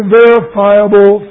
verifiable